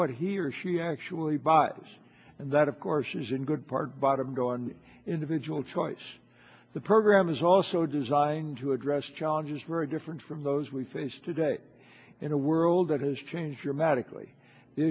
what he or she actually buys and that of course is in good part bottom go on individual choice the program is also designed to address challenges very different from those we face today in a world that has changed dramatically the